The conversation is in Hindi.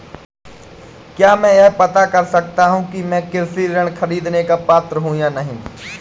क्या मैं यह पता कर सकता हूँ कि मैं कृषि ऋण ख़रीदने का पात्र हूँ या नहीं?